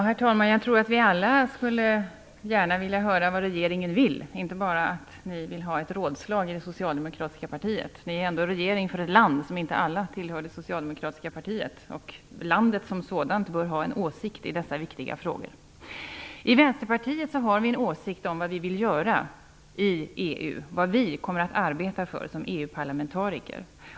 Herr talman! Jag tror att vi alla gärna skulle vilja höra vad regeringen vill, och inte bara att man vill ha ett rådslag i det socialdemokratiska partiet. Man är ändå regering i ett land där inte alla tillhör det socialdemokratiska partiet. Landet som sådant bör ha en åsikt i dessa viktiga frågor. I Vänsterpartiet har vi en åsikt om vad vi vill göra i EU och vad vi kommer att arbeta för som EU parlamentariker.